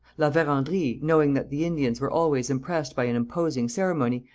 la verendrye, knowing that the indians were always impressed by an imposing ceremony,